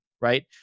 right